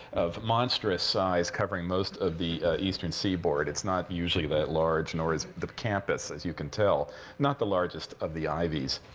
of monstrous size, covering most of the eastern seaboard. it's not usually that large, nor is the campus, as you can tell not the largest of the ivies.